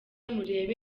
murebe